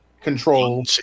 control